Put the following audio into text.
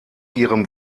ihrem